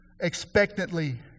expectantly